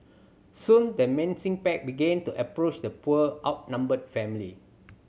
soon the menacing pack began to approach the poor outnumbered family